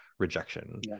rejection